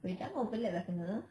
!oi! jangan overlap lah selenge